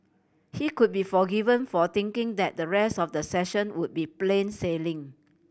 he could be forgiven for thinking that the rest of the session would be plain sailing